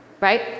right